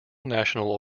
national